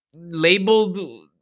labeled